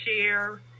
share